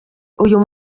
uyu